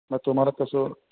मग तुम्हाला तसं